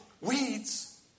Weeds